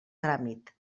tràmit